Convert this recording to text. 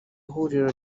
huriro